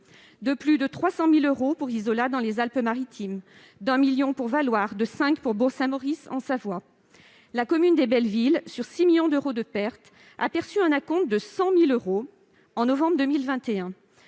de plus de 300 000 euros pour Isola, dans les Alpes-Maritimes ; de 1 million d'euros pour Valloire ; de 5 millions d'euros pour Bourg-Saint-Maurice, en Savoie. La commune Les Belleville, sur 6 millions d'euros de pertes, a perçu un acompte de 100 000 euros en novembre 2021,